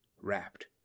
wrapped